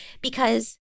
because-